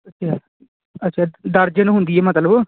ਅੱਛਿਆ ਅੱਛਾ ਦਰਜਨ ਹੁੰਦੀ ਹੈ ਮਤਲਬ